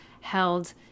held